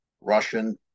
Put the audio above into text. Russian